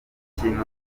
kintu